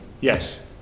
Yes